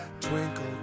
twinkle